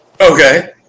Okay